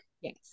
Yes